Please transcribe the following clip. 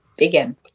again